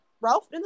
Ralph